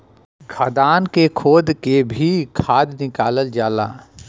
खदान से खोद के भी खाद निकालल जाला